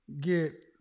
get